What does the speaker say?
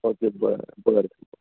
okay बरें बरें